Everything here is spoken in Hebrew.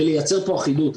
ולייצר פה אחידות.